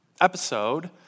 episode